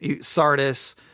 sardis